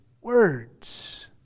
words